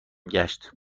گشت